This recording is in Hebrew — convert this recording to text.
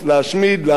כדי שיהודים,